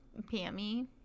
pammy